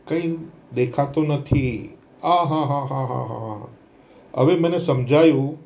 કંઈ દેખાતો નથી હવે મને સમજાયું